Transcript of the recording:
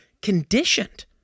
conditioned